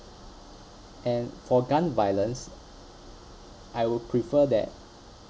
and for gun violence I would prefer that